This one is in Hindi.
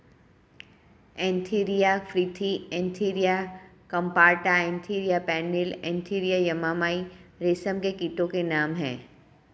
Antheraea frithi Antheraea compta Antheraea pernyi Antheraea yamamai रेशम के कीटो के नाम हैं